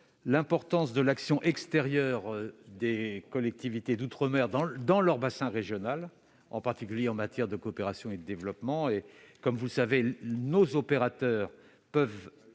l'importance de l'action extérieure des collectivités d'outre-mer dans leur bassin régional, en particulier en matière de coopération et de développement. Vous le savez, nos opérateurs peuvent